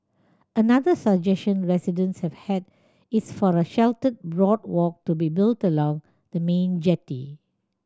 another suggestion residents have had is for a sheltered boardwalk to be built along the main jetty